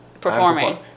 performing